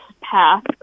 path